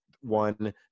one